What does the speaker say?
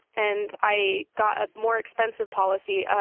and i got a more expensive policy.